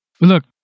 look